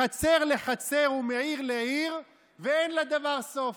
מחצר לחצר ומעיר לעיר ואין לדבר סוף,